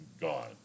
gone